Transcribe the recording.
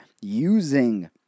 using